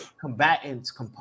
combatants